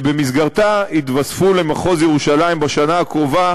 ובמסגרתה יתווספו למחוז ירושלים בשנה הקרובה